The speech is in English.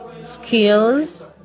skills